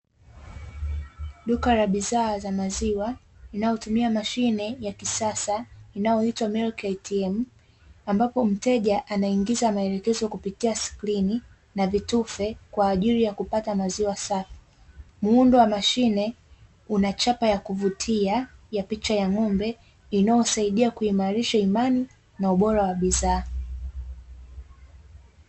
Duka la bidhaa za maziwa linalotumia mashine ya kisasa inayoitwa (milk ATM), ambapo mteja anaingiza maelekezo kupitia kupitia skrini na vitufe kwa ajili ya kupata maziwa safi. Muundo wa mashine unachapa ya kuvutia ya picha ya ng'ombe inayosaidia kuimarisha imani na ubora wa bidhaa.